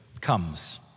comes